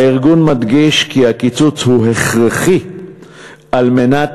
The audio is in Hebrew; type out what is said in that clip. הארגון מדגיש כי הקיצוץ הוא הכרחי על מנת